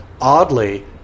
oddly